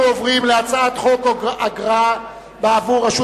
אנחנו עוברים להצעת חוק אגרה בעבור רשות